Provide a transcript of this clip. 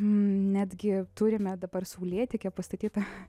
netgi turime dabar saulėtekyje pastatytą